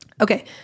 Okay